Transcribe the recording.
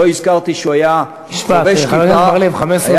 לא הזכרתי שהוא היה חובש כיפה